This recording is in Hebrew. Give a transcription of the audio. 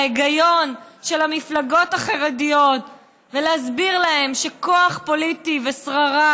להיגיון של המפלגות החרדיות ולהסביר להן שכוח פוליטי ושררה